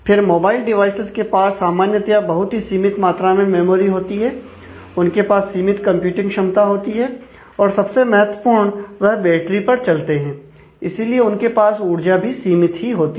फिर mobile devices के पास सामान्यतया बहुत ही सीमित मात्रा में मेमोरी होती है उनके पास सीमित कंप्यूटिंग क्षमता होती है और सबसे महत्वपूर्ण वह बैटरी पर चलते हैं इसीलिए उनके पास ऊर्जा भी सीमित ही होती है